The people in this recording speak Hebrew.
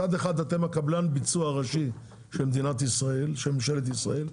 מצד אחד הם הקבלן הביצוע הראשי של ממשלת ישראל,